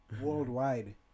worldwide